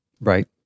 Right